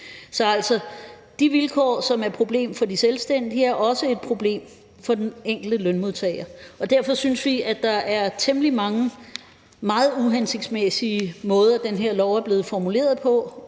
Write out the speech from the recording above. Så de vilkår, som er et problem for de selvstændige, er altså også et problem for den enkelte lønmodtager. Derfor synes vi, at der er temmelig mange meget uhensigtsmæssige måder, den her lov er blevet formuleret på,